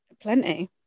Plenty